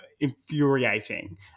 infuriating